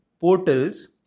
portals